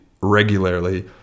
regularly